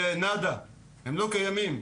כלום, הם לא קיימים.